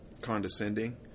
condescending